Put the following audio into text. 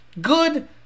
Good